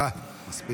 די, מספיק.